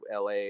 LA